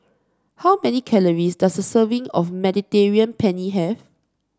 how many calories does a serving of Mediterranean Penne have